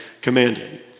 commanded